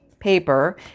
paper